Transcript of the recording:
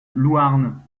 louarn